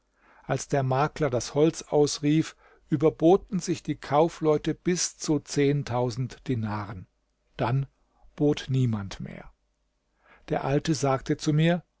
als der makler das holz ausrief überboten sich die kaufleute bis zu dinaren dann bot niemand mehr der alte sagte zu mir